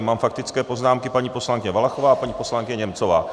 Mám faktické poznámky: paní poslankyně Valachová, paní poslankyně Němcová.